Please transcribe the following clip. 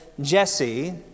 Jesse